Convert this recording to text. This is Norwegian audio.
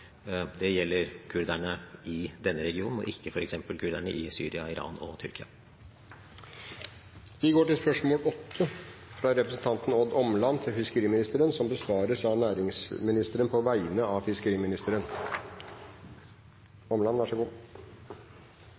Det gjelder kurderne i denne regionen og ikke f.eks. kurderne i Syria, Iran og Tyrkia. Dette spørsmålet, fra representanten Odd Omland til fiskeriministeren, besvares av næringsministeren på vegne av fiskeriministeren,